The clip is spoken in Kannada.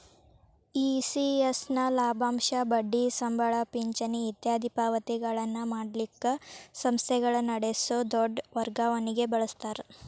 ಇ.ಸಿ.ಎಸ್ ನ ಲಾಭಾಂಶ, ಬಡ್ಡಿ, ಸಂಬಳ, ಪಿಂಚಣಿ ಇತ್ಯಾದಿ ಪಾವತಿಗಳನ್ನ ಮಾಡಲಿಕ್ಕ ಸಂಸ್ಥೆಗಳ ನಡಸೊ ದೊಡ್ ವರ್ಗಾವಣಿಗೆ ಬಳಸ್ತಾರ